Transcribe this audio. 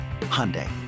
Hyundai